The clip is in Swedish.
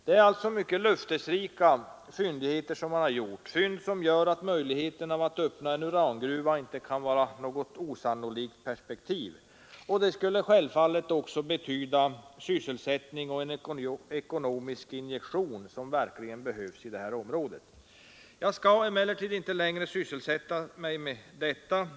Det är alltså mycket löftesrika fyndigheter man har gjort, fynd som gör att möjligheten av att öppna en urangruva inte kan vara något osannolikt perspektiv. Det skulle självklart också betyda sysselsättning och en ekonomisk injektion som verkligen behövs i området. Jag skall emellertid inte längre sysselsätta mig med detta.